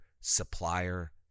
supplier